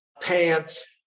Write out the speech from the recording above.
pants